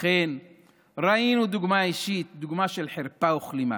אכן ראינו דוגמה אישית, דוגמה של חרפה וכלימה.